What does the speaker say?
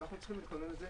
אנחנו צריכים להתכונן לזה.